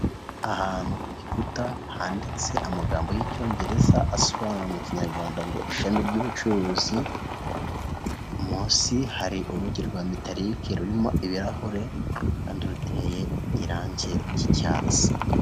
Ahantu ku gikuta handitse amagambo y'Icyongereza asobanura mu Kinyarwanda ngo ishami ry'ubucuruzi, munsi hari urugi rwa metalike rurimo ibirahure kandi ruteye irangi ry'icyatsi.